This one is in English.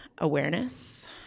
awareness